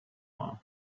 one